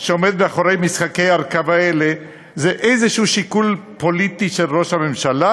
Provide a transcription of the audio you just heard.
שעומד מאחורי משחקי הרכבה אלו זה איזשהו שיקול פוליטי של ראש הממשלה,